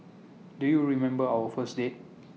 do you remember our first date